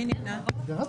מי נמנע?